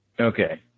Okay